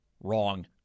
wrong